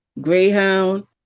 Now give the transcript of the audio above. Greyhound